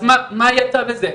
אז מה יצא בזה.